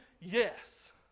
yes